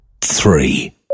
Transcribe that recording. three